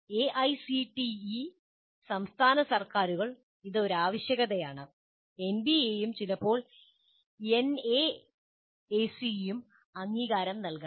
AICTE സംസ്ഥാന സർക്കാരുകൾ ഇത് ഒരു ആവശ്യകതയാണ് എൻബിഎയും ചിലപ്പോൾ എൻഎഎസിയും അംഗീകാരം നൽകണം